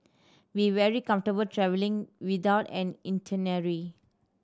be very comfortable travelling without an itinerary